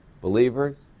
Believers